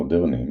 גם מודרניים,